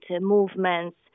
movements